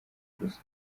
gusa